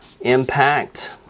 impact